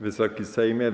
Wysoki Sejmie!